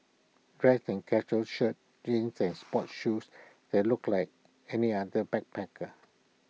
dressed in casual shirts jeans and sports shoes they looked like any other backpacker